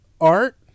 art